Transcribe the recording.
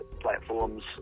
platforms